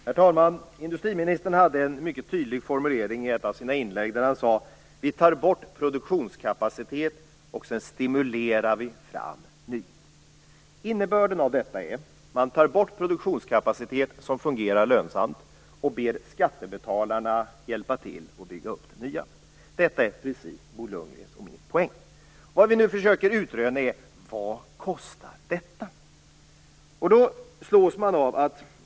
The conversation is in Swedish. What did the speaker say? Herr talman! Industriministern hade en mycket tydlig formulering i ett av sina inlägg. Han sade: Vi tar bort produktionskapacitet, och sedan stimulerar vi fram ny. Innebörden av detta är att man tar bort produktionskapacitet som fungerar lönsamt och ber skattebetalarna hjälpa till att bygga upp det nya. Detta är precis Bo Lundgrens och min poäng. Vad vi nu försöker utröna är: Vad kostar detta?